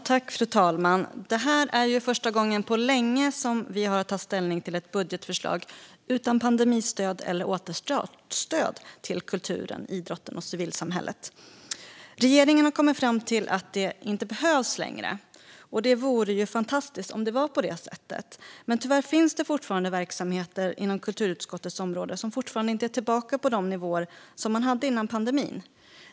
Fru talman! Det är första gången på länge som vi har att ta ställning till ett budgetförslag utan pandemistöd eller återstartsstöd till kulturen, idrotten och civilsamhället. Regeringen har kommit fram till att det inte längre behövs. Det vore ju fantastiskt om det var på det sättet, men tyvärr finns det fortfarande verksamheter inom kulturutskottets område som fortfarande inte är tillbaka på de nivåer som de hade innan pandemin.